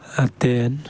ꯑꯇꯦꯟ